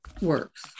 works